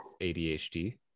ADHD